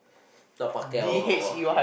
not Pacquiao or